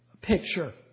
picture